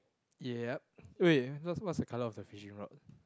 ya wait what what's the colour of the fish in front